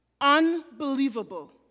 Unbelievable